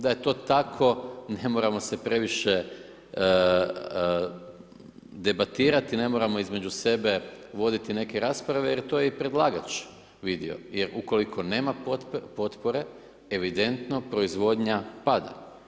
Da je to tako ne moramo se previše debatirati, ne moramo između sebe voditi neke rasprave, jer to je predlagač vidio, jer u koliko nema potpore, evidentno, proizvodnja pada.